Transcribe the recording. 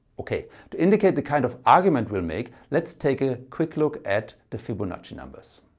okay to indicate the kind of argument we'll make let's take a quick look at the fibonacci numbers.